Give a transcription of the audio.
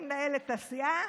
הוא מנהל הסיעה.